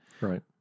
Right